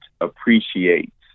appreciates